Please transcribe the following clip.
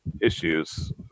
issues